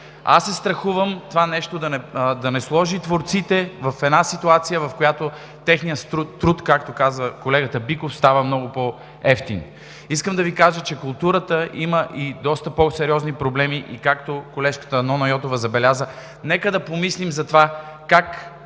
Аз се страхувам това нещо да не сложи творците в ситуация, в която техният труд, както каза колегата Биков, става много по-евтин. Искам да Ви кажа, че културата има и доста по-сериозни проблеми и както колежката Нона Йотова забеляза: нека да помислим за това как